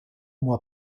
mois